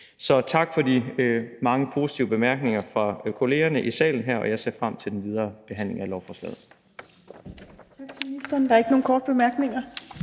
Så tak for de mange positive bemærkninger fra kollegerne i salen her, og jeg ser frem til den videre behandling af lovforslaget.